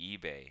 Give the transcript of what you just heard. eBay